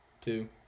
Two